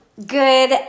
Good